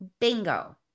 bingo